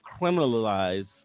criminalize